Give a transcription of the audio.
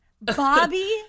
Bobby